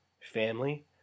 family